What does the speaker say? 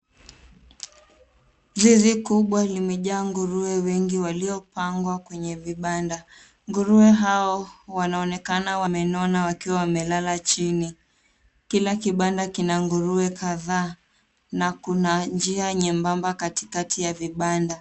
Zizi kubwa limejaa nguruwe wengi waliopangwa kwenye vibanda. Nguruwe hao wanaonekana wamenona wakiwa wamelala chini. Kila kibanda kina nguruwe kadhaa na kuna njia nyembamba kati ya vibanda.